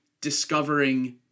discovering